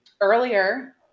Earlier